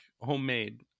homemade